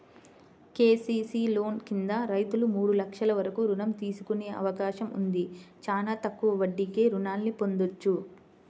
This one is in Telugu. కేసీసీ లోన్ కింద రైతులు మూడు లక్షల వరకు రుణం తీసుకునే అవకాశం ఉంది, చానా తక్కువ వడ్డీకే రుణాల్ని పొందొచ్చు